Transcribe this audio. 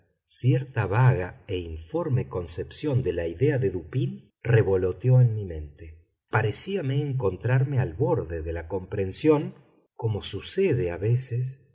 cierta vaga e informe concepción de la idea de dupín revoloteó en mi mente parecíame encontrarme al borde de la comprensión como sucede a veces